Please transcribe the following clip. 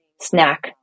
snack